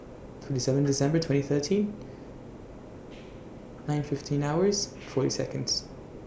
twenty seven December twenty thirteen nine fifteen hours forty Seconds